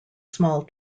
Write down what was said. small